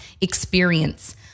experience